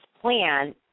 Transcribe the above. plan